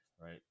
right